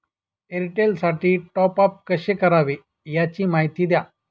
एअरटेलसाठी टॉपअप कसे करावे? याची माहिती द्या